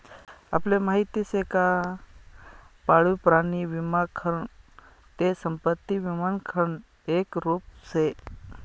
आपले माहिती शे का पाळीव प्राणी विमा खरं ते संपत्ती विमानं एक रुप शे